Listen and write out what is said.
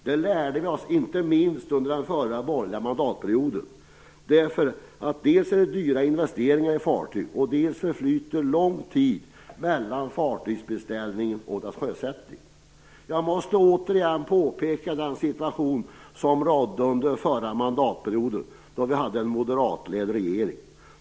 Det lärde vi oss inte minst under den förra borgerliga mandatperioden. Det är dyra investeringar i fartyg, och det förflyter lång tid mellan fartygsbeställning och sjösättning. Jag måste återigen påpeka vilken situation som rådde under förra mandatperioden, då vi hade en moderatledd regering.